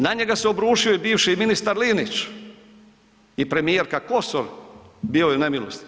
Na njega se obrušio i bivši ministar Linić i premijerka Kosor, bio je u nemilosti.